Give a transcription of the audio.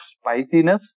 spiciness